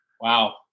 Wow